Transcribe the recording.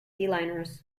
liners